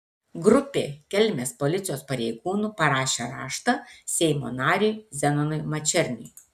grupė kelmės policijos pareigūnų parašė raštą seimo nariui zenonui mačerniui